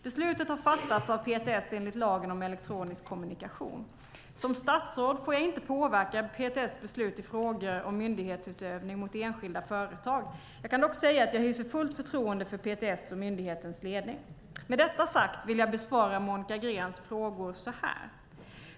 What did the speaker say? Beslutet har fattats av PTS enligt lagen om elektronisk kommunikation. Som statsråd får jag inte påverka PTS beslut i frågor om myndighetsutövning mot enskilda företag. Jag kan dock säga att jag hyser fullt förtroende för PTS och myndighetens ledning. Med detta sagt vill jag besvara Monica Greens frågor så här.